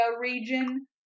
region